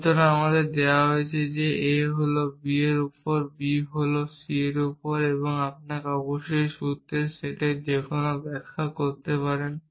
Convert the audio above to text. সুতরাং এটি আমাদের দেওয়া হয়েছে a হল b এর উপর b হল c এর উপর এবং আপনি অবশ্যই সূত্রের সেটের যেকোনো ব্যাখ্যা করতে পারেন